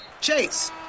Chase